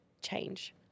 change